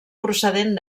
procedent